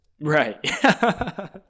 right